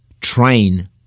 train